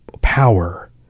power